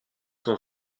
son